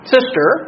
Sister